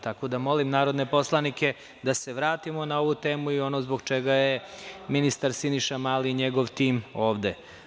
Tako da, molim narodne poslanike da se vratimo na ovu temu i ono zbog čega je ministar Siniša Mali i njegov tim ovde.